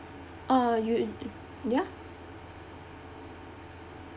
uh you ya